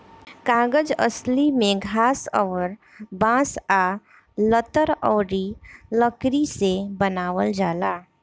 कागज असली में घास अउर बांस आ लतर अउरी लकड़ी से बनावल जाला